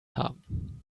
haben